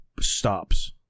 stops